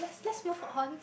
just move on